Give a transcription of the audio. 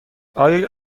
آیا